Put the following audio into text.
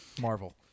Marvel